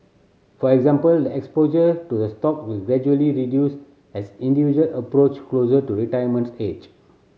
for example the exposure to the stock will gradually reduce as individual approach closer to retirement age